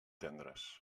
tendres